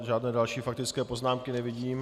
Žádné další faktické poznámky nevidím.